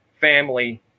family